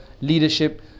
leadership